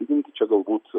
jeigu čia galbūt